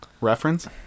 reference